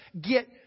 get